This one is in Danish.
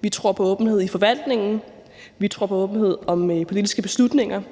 Vi tror på åbenhed i forvaltningen, vi tror på åbenhed om politiske beslutninger,